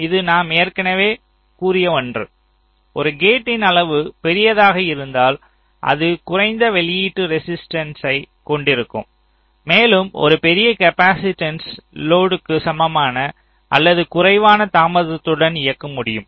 இது நாம் ஏற்கனவே கூறிய ஒன்று ஒரு கேட்டின் அளவு பெரியதாக இருந்தால் அது குறைந்த வெளியீட்டு ரெசிஸ்டன்ஸ்யை கொண்டிருக்கும் மேலும் ஒரு பெரிய காப்பாசிட்டன்ஸ் லோடுக்கு சமமான அல்லது குறைவான தாமதத்துடன் இயக்க முடியும்